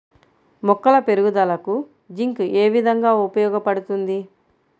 మొక్కల పెరుగుదలకు జింక్ ఏ విధముగా ఉపయోగపడుతుంది?